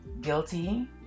guilty